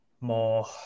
more